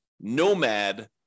nomad